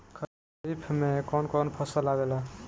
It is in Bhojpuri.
खरीफ में कौन कौन फसल आवेला?